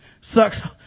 sucks